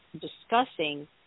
discussing